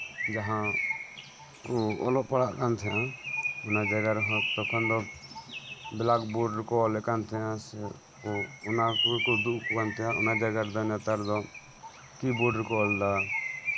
ᱡᱟᱸᱦᱟ ᱚᱞᱚᱜ ᱯᱟᱲᱦᱟᱜ ᱠᱟᱱ ᱛᱟᱸᱦᱮᱜᱼᱟ ᱚᱱᱟ ᱡᱟᱭᱜᱟ ᱨᱮᱦᱚᱸ ᱛᱚᱠᱷᱚᱱ ᱫᱚ ᱵᱮᱞᱟᱠᱵᱳᱨᱰ ᱨᱮᱠᱚ ᱚᱞᱮᱫ ᱠᱟᱱ ᱛᱟᱸᱦᱮᱱᱟ ᱚᱱᱟ ᱠᱚ ᱠᱚᱨᱮᱜ ᱠᱚ ᱫᱩᱲᱩᱵ ᱠᱟᱱ ᱛᱟᱸᱦᱮᱱᱟ ᱚᱱᱟ ᱡᱟᱭᱜᱟᱨᱮ ᱱᱮᱛᱟᱨ ᱫᱚ ᱠᱤᱵᱳᱨᱰ ᱨᱮᱠᱚ ᱚᱞ ᱫᱟ